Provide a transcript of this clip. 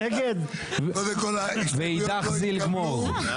קודם כל, ההסתייגויות לא התקבלו.